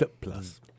plus